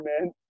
man